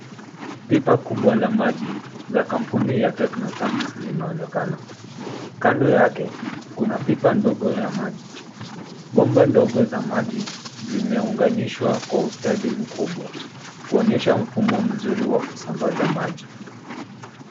Pipa kubwa la maji ya kampuni ya technotank linaonekana. Kando yake kuna pipa ndogo ya maji. Bomba ndogo za maji zimeunganishwa kwa ustadi mkubwa kuonyesha mfumo mzuri wa kusambaza maji.